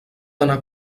anar